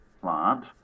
plant